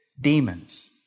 demons